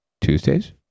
Tuesdays